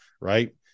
right